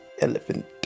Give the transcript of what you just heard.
elephant